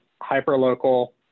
hyper-local